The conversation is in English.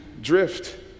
drift